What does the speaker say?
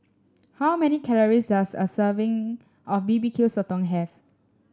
how many calories does a serving of B B Q Sotong have